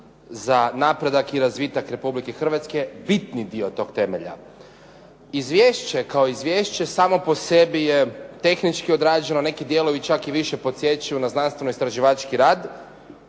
za napredak i razvitak Republike Hrvatske, bitni dio tog temelja. Izvješće kao izvješće samo po sebi je tehnički odrađeno, neki dijelovi čak i više podsjećaju na znanstveno-istraživački rad,